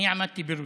אני עמדתי בראשה